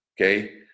okay